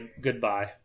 Goodbye